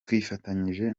twifatanyije